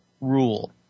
rule